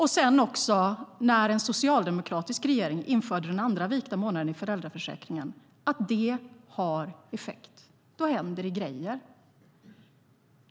Sedan införde en socialdemokratisk regering den andra vikta månaden i föräldraförsäkringen. Och vi vet att vikta månader har effekt. Då händer det grejer.